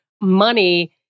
money